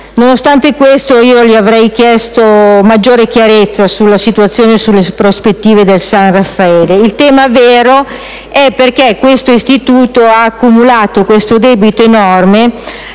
Nonostante questo, le avrei chiesto maggiore chiarezza sulla situazione e sulle prospettive del San Raffaele. Il tema vero è capire perché questo istituto abbia accumulato un debito così